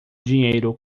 dinheiro